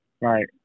Right